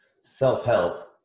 self-help